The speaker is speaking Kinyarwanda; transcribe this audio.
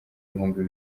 ibihumbi